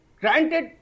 granted